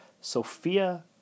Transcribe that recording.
Sophia